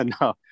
No